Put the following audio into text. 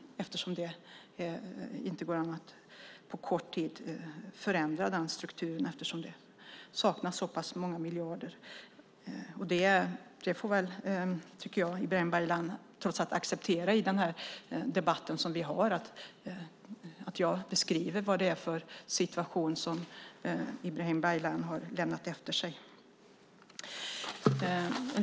Det går inte att på kort tid förändra strukturen eftersom det saknas så pass många miljarder. Jag tycker att Ibrahim Baylan i debatten får acceptera att jag beskriver vad det är för situation Ibrahim Baylan lämnat efter sig.